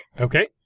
Okay